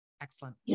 Excellent